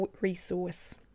resource